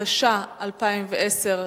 התשע"א 2010,